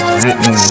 written